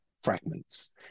fragments